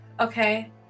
Okay